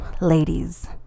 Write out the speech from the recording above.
Ladies